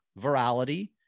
virality